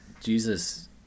Jesus